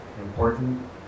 important